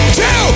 two